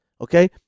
Okay